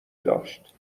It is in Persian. داشت